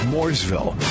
Mooresville